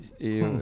Et